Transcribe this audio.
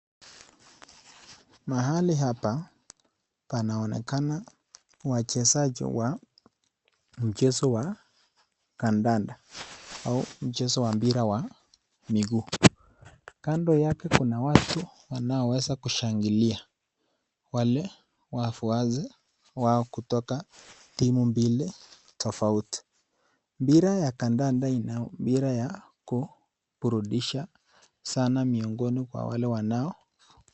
Mahali hapa panaonekana wachezaji wa mchezo wa kandanda au mchezo wa mpira wa miguu , kando yake kuna watu wanaoweza kushangilia wale wafuasi wao kutoka timu mbili tofauti. Mpira ya kandanda ina mpira ya kuburudisha sana miongoni kwa wale wanao......